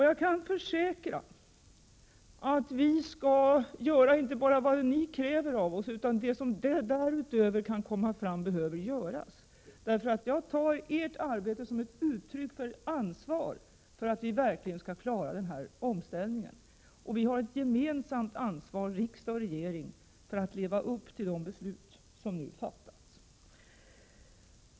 Jag kan försäkra att vi skall göra inte bara det ni kräver av oss utan även sådant som därutöver kan behöva göras. Jag tar ert arbete som ett uttryck för ansvar för att vi verkligen skall klara denna omställning. Vi har ett gemensamt ansvar, riksdag och regering, att leva upp till de beslut som nu fattas.